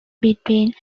between